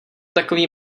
takový